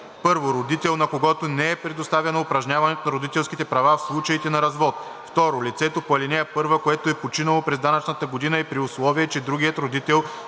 3: 1. родител, на когото не е предоставено упражняването на родителските права в случаите на развод; 2. лице по ал. 1, което е починало през данъчната година и при условие че другият родител,